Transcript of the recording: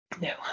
No